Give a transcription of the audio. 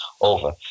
over